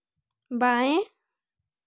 बाएँ